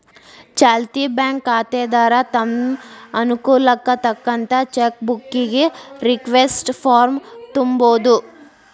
ಚಾಲ್ತಿ ಬ್ಯಾಂಕ್ ಖಾತೆದಾರ ತಮ್ ಅನುಕೂಲಕ್ಕ್ ತಕ್ಕಂತ ಚೆಕ್ ಬುಕ್ಕಿಗಿ ರಿಕ್ವೆಸ್ಟ್ ಫಾರ್ಮ್ನ ತುಂಬೋದು